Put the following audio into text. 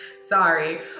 sorry